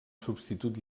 substitut